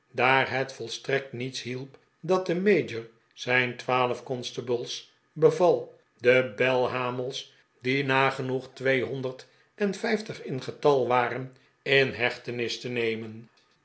daar het volstrekt niets hielp dat de mayor zijn twaalf constables beval de belhamels die nagenoeg tweehonderd en vijftig in getal waren in hechtenis te nemen